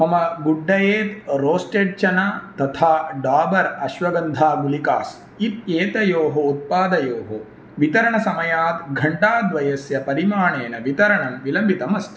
मम गुड्डयेत् रोस्टेड् चना तथा डाबर् अश्वगन्धा गुलिकास् इत्येतयोः उत्पादयोः वितरणसमयात् घण्टाद्वयस्य परिमाणेन वितरणं विलम्बितम् अस्ति